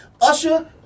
Usher